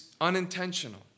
unintentional